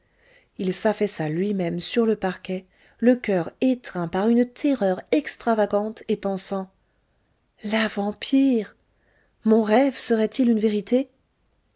il s'affaissa lui-même sur le parquet le coeur étreint par une terreur extravagante et pensant la vampire mon rêve serait-il une vérité